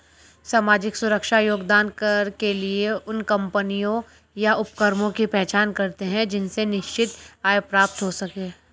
सामाजिक सुरक्षा योगदान कर के लिए उन कम्पनियों या उपक्रमों की पहचान करते हैं जिनसे निश्चित आय प्राप्त हो सके